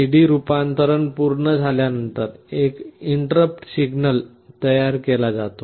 AD रूपांतरण पूर्ण झाल्यानंतर एक इंटरप्ट सिग्नल तयार केला जातो